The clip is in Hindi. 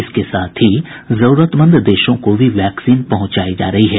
इसके साथ ही जरूरतमंद देशों को भी वैक्सीन पुहंचाई जा रही है